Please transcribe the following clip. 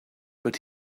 but